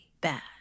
bad